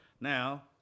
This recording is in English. Now